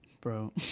Bro